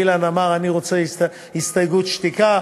אילן אמר: אני רוצה הסתייגות שתיקה.